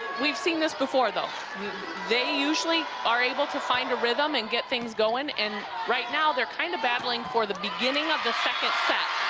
we've seen this before, though they usually are able to find a rhythm and get things going and right now, they're kind of battling for the beginning of the second set.